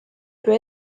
peut